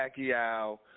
Pacquiao